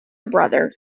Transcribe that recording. brothers